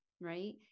Right